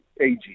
AG